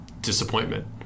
disappointment